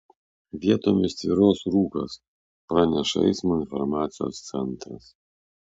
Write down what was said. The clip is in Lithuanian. vietomis tvyros rūkas praneša eismo informacijos centras